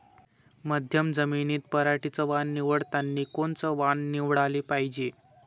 मध्यम जमीनीत पराटीचं वान निवडतानी कोनचं वान निवडाले पायजे?